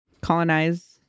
colonize